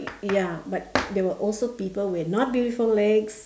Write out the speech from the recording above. ya but there were also people with not beautiful legs